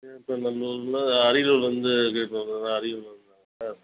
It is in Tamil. கீழப்பநல்லூர் அரியலூர்லேருந்து கேட்டு வர்றதா அரியலூர் ஆ